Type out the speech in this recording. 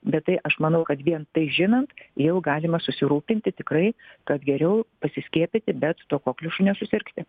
bet tai aš manau kad vien tai žinant jau galima susirūpinti tikrai kad geriau pasiskiepyti bet to kokliušu nesusirgti